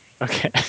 Okay